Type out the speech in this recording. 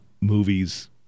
movies